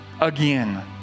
again